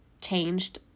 changed